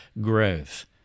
growth